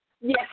Yes